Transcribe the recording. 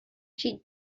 she